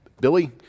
Billy